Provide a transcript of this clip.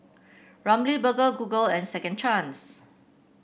Ramly Burger Google and Second Chance